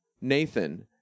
Nathan